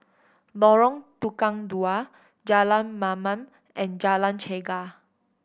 Lorong Tukang Dua Jalan Mamam and Jalan Chegar